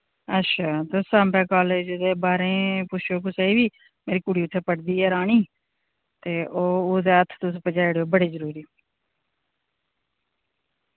अच्छा तुस सांबा कॉलेज़ दे बाहरें पुच्छेओ कुसै गी बी मेरी उत्थें कुड़ी पढ़दी ऐ रानी ते ओह् ओह्दे हत्थ तुस पजाई ओड़ेओ बड़े जरूरी